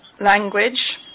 language